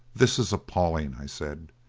this is appalling! i said.